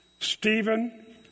Stephen